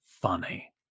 funny